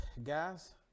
guys